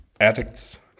Addicts